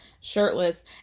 shirtless